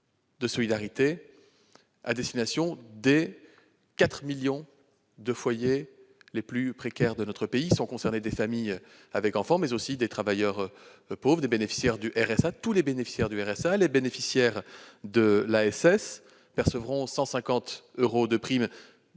de solidarité à destination des 4 millions de foyers les plus précaires de notre pays. Sont concernées les familles avec enfants, mais aussi les travailleurs pauvres et les bénéficiaires du RSA. Tous les bénéficiaires du RSA et de l'ASS percevront 150 euros de prime,